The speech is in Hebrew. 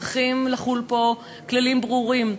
צריכים לחול פה כללים ברורים,